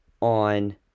on